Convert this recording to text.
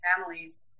families